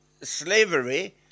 slavery